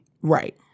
Right